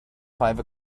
five